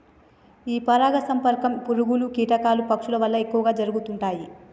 ఈ పరాగ సంపర్కం పురుగులు, కీటకాలు, పక్షుల వల్ల ఎక్కువ జరుగుతుంటాయి